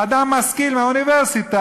אדם משכיל מהאוניברסיטה,